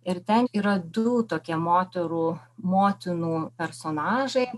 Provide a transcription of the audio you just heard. ir ten yra du tokie moterų motinų personažai